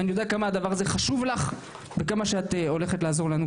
אני יודע כמה הדבר הזה חשוב לך וכמה שאת הולכת לעזור לנו,